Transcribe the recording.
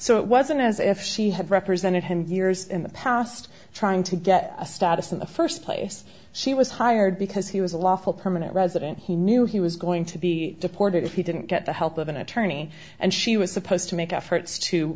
so it wasn't as if she had represented him years in the past trying to get a status in the first place she was hired because he was a lawful permanent resident he knew he was going to be deported if he didn't get the help of an attorney and she was supposed to make efforts to